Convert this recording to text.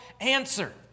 answer